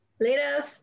Later